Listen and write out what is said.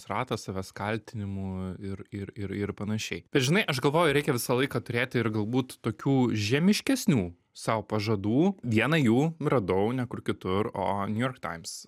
ratas savęs kaltinimų ir ir ir ir panašiai bet žinai aš galvoju reikia visą laiką turėti ir galbūt tokių žemiškesnių sau pažadų vieną jų radau ne kur kitur o new york times